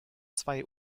zwei